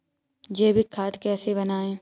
जैविक खाद कैसे बनाएँ?